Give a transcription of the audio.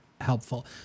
helpful